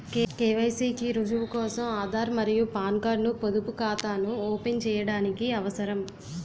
KYC కి రుజువు కోసం ఆధార్ మరియు పాన్ కార్డ్ ను పొదుపు ఖాతాను ఓపెన్ చేయడానికి అవసరం